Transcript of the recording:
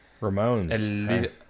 Ramones